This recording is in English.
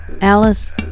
Alice